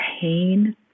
pain